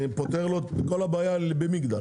זה פותר לו את כל הבעיה במגדל.